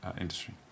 industry